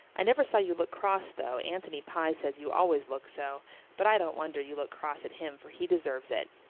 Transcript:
i never saw you look cross though anthony pye says you always look so but i don't wonder you look cross at him for he deserves it.